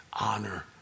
honor